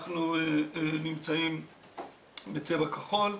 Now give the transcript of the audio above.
אנחנו נמצאים בצבע כחול.